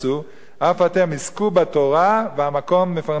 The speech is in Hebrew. אף אתם עסקו בתורה והמקום יפרנס אתכם.